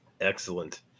Excellent